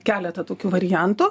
keletą tokių variantų